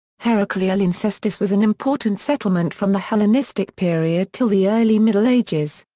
heraclea lyncestis was an important settlement from the hellenistic period till the early middle ages.